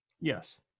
Yes